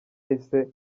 yahise